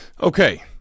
okay